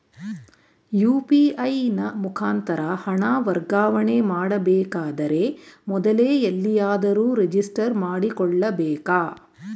UPI ನ ಮುಖಾಂತರ ಹಣ ವರ್ಗಾವಣೆ ಮಾಡಬೇಕಾದರೆ ಮೊದಲೇ ಎಲ್ಲಿಯಾದರೂ ರಿಜಿಸ್ಟರ್ ಮಾಡಿಕೊಳ್ಳಬೇಕಾ?